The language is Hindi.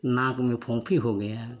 नाक में फोंफी हो गया है